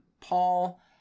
Paul